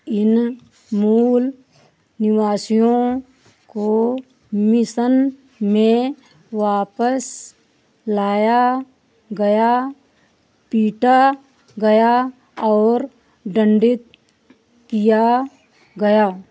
इन मूल निवासियों को मिसन में वापस लाया गया पीटा गया और दंडित किया गया